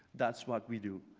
that's what we do.